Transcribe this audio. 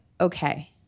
okay